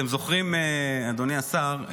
אדוני השר,